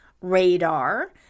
Radar